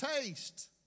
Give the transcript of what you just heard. taste